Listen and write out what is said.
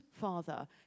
Father